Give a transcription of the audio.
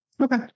Okay